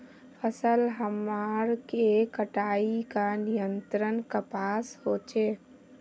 फसल हमार के कटाई का नियंत्रण कपास होचे?